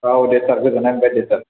औ दे सार गोजोननाय मोनबाय दे सार